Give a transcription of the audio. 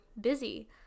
busy